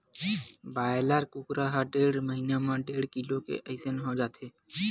broiler कुकरा ह डेढ़ महिना म डेढ़ किलो के असन हो जाथे